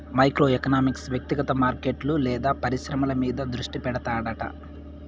micro economics వ్యక్తిగత మార్కెట్లు లేదా పరిశ్రమల మీద దృష్టి పెడతాడట